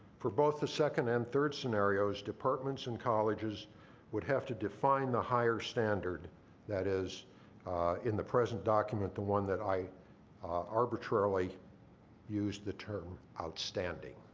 for both the second and third scenarios, departments and colleges would have to define the higher standard that is in the present document, the one that i arbitrarily used the term outstanding.